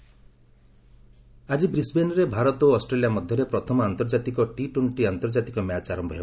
cricket ଆକି ବ୍ରିସ୍ବେନ୍ରେ ଭାରତ ଓ ଅଷ୍ଟ୍ରେଲିଆ ମଧ୍ୟରେ ପ୍ରଥମ ଆନ୍ତର୍ଜାତିକ ଟି ଟ୍ୱେଣ୍ଟି ଆନ୍ତର୍ଜାତିକ ମ୍ୟାଚ୍ ଆରମ୍ଭ ହେବ